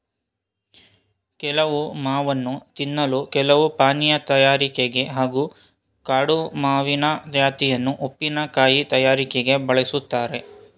ಕೆಲವು ಮಾವನ್ನು ತಿನ್ನಲು ಕೆಲವು ಪಾನೀಯ ತಯಾರಿಕೆಗೆ ಹಾಗೂ ಕಾಡು ಮಾವಿನ ಜಾತಿಯನ್ನು ಉಪ್ಪಿನಕಾಯಿ ತಯಾರಿಕೆಗೆ ಬಳುಸ್ತಾರೆ